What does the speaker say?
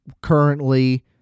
Currently